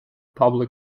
public